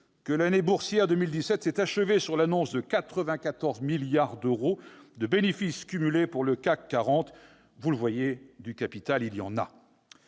que l'année boursière 2017 s'est achevée sur l'annonce de 94 milliards d'euros de bénéfices cumulés pour les entreprises du CAC 40 : on le voit, du capital, il y en a